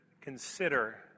consider